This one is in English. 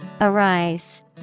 Arise